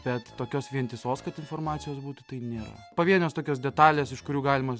bet tokios vientisos kad informacijos būtų tai nėra pavienės tokios detalės iš kurių galima